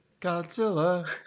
Godzilla